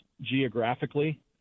geographically